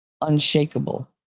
unshakable